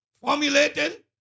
formulated